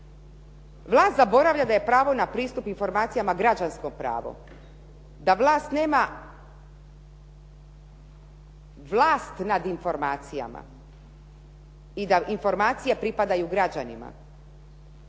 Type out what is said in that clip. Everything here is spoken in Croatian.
Vlast zaboravlja da je pravo na pristup informacijama građansko pravo, da vlast nema vlast nad informacijama i da informacije pripadaju građanima,